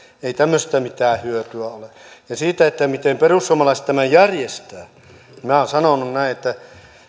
ei tämmöisestä mitään hyötyä ole siitä miten perussuomalaiset tämän järjestävät minä olen sanonut näin että